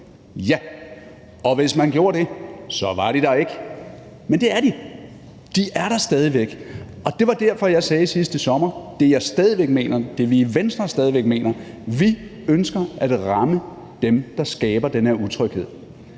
Ja, og hvis man gjorde det, så var de der ikke. Men det er de. De er der stadig væk. Og det var derfor, at jeg sidste sommer sagde det, jeg stadig væk mener, det, vi i Venstre stadig væk mener, nemlig at vi ønsker at ramme dem, der skaber den her utryghed.